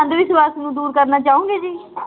ਅੰਧ ਵਿਸ਼ਵਾਸ ਨੂੰ ਦੂਰ ਕਰਨਾ ਚਾਹੋਂਗੇ ਜੀ